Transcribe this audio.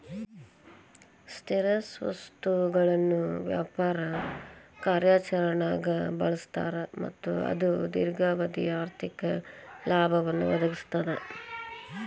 ಸ್ಥಿರ ಸ್ವತ್ತುಗಳನ್ನ ವ್ಯಾಪಾರ ಕಾರ್ಯಾಚರಣ್ಯಾಗ್ ಬಳಸ್ತಾರ ಮತ್ತ ಅದು ದೇರ್ಘಾವಧಿ ಆರ್ಥಿಕ ಲಾಭವನ್ನ ಒದಗಿಸ್ತದ